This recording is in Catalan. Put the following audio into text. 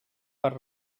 per